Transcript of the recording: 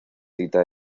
cita